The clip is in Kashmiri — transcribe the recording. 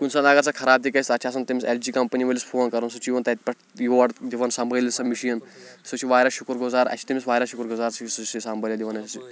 کُنہِ ساتہٕ اگر سۄ خراب تہِ گژھِ تَتھ چھِ آسان تٔمِس اٮ۪ل جی کَمپنی وٲلِس فون کَرُن سُہ چھِ یِوان تَتہِ پٮ۪ٹھ یور دِوان سمبٲلِتھ سۄ مِشیٖن سُہ چھِ واریاہ شُکُر گُزار اَسہِ چھِ تٔمِس واریاہ شُکُر گُزار سُہ چھِ سمبٲلِتھ دِوان اَسہِ یہِ